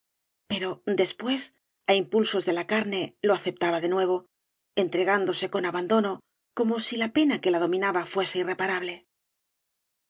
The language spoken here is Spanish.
pero después á impulsos de la carne lo aceptaba de nuevo entregándose con abandono como si la pena que la dominaba fuese irreparable